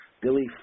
Billy